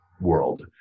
world